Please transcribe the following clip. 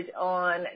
on